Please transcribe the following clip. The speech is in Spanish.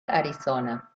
arizona